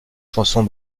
chansons